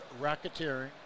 racketeering